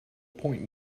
point